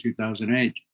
2008